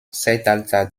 zeitalter